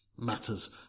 matters